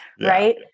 right